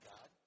God